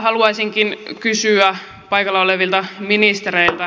haluaisinkin kysyä paikalla olevilta ministereiltä